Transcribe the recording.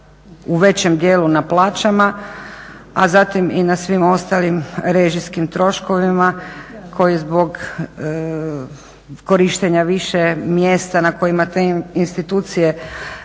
u većem dijelu na plaćama, a zatim i na svim ostalim režijskim troškovima koji zbog korištenja više mjesta na kojima te institucije